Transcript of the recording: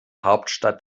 hauptstadt